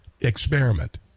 experiment